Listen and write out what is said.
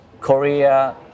Korea